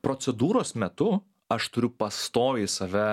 procedūros metu aš turiu pastoviai save